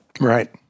Right